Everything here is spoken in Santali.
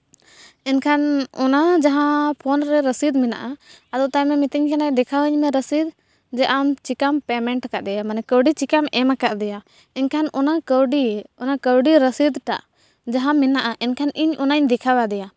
ᱮᱱᱠᱷᱟᱱ ᱚᱱᱟ ᱡᱟᱦᱟᱸ ᱯᱷᱳᱱ ᱨᱮ ᱨᱚᱥᱤᱫ ᱢᱮᱱᱟᱜᱼᱟ ᱟᱫᱚ ᱛᱟᱭᱚᱢᱮ ᱢᱤᱛᱟᱹᱧ ᱠᱟᱱᱟ ᱫᱮᱠᱷᱟᱣᱟᱹᱧ ᱢᱮ ᱨᱚᱥᱤᱫ ᱡᱮ ᱟᱢ ᱪᱮᱠᱟᱢ ᱯᱮᱢᱮᱱᱴ ᱠᱟᱫᱮᱭᱟ ᱢᱟᱱᱮ ᱠᱟᱹᱣᱰᱤ ᱪᱤᱠᱟᱹᱢ ᱮᱢ ᱠᱟᱣᱫᱮᱭᱟ ᱮᱱᱠᱷᱟᱱ ᱚᱱᱟ ᱠᱟᱹᱣᱰᱤ ᱚᱱᱟ ᱠᱟᱹᱣᱰᱤ ᱨᱚᱥᱤᱫ ᱴᱟᱜ ᱡᱟᱦᱟᱸ ᱢᱮᱱᱟᱜᱼᱟ ᱮᱱᱠᱷᱟᱱ ᱤᱧ ᱚᱱᱟᱧ ᱫᱮᱠᱷᱟᱣ ᱟᱫᱮᱭᱟ